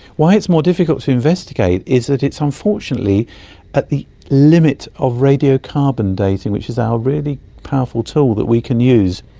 why it's more difficult to investigate is that it's unfortunately at the limit of radiocarbon dating, which is our really powerful tool that we can use.